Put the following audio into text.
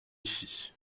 ici